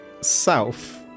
south